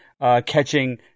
catching